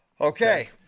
Okay